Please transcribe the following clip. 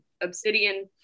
obsidian